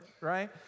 right